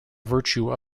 virtue